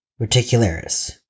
reticularis